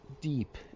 deep